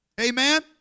Amen